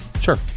Sure